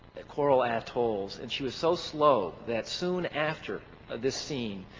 the coral atolls and she was so slow that soon after this scene,